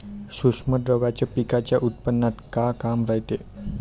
सूक्ष्म द्रव्याचं पिकाच्या उत्पन्नात का काम रायते?